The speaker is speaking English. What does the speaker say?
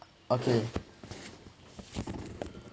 okay